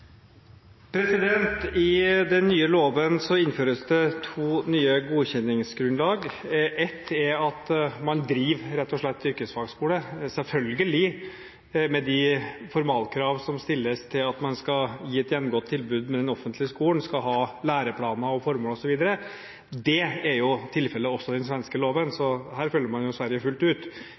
replikkordskifte. I den nye loven innføres det to nye godkjenningsgrunnlag. Ett er at man rett og slett driver yrkesfagskole, selvfølgelig med de formalkrav som stilles til at man skal gi et jevngodt tilbud med den offentlige skolen, at man skal ha læreplaner og formål osv. Det er tilfellet også i den svenske loven, så her følger man jo Sverige fullt ut.